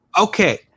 Okay